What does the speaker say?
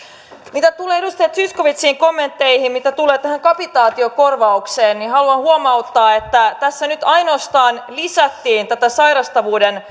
mitä tulee edustaja zyskowiczin kommentteihin mitä tulee tähän kapitaatiokorvaukseen niin haluan huomauttaa että tässä nyt ainoastaan lisättiin tätä sairastavuuden